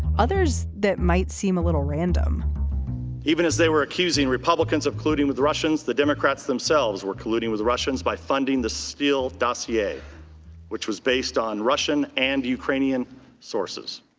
others that might seem a little random even as they were accusing republicans of colluding with the russians the democrats themselves were colluding with the russians by funding the steel dossier which was based on russian and ukrainian sources